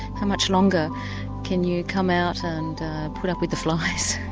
how much longer can you come out and put up with the flies?